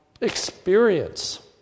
experience